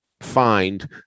find